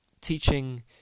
teaching